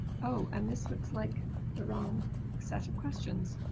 oh and this looks like the wrong set of questions